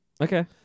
Okay